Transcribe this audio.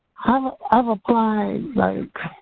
um i've applied like